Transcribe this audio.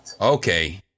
Okay